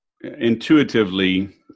intuitively